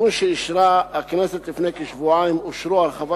בתיקון שאישרה הכנסת לפני כשבועיים אושרו הרחבת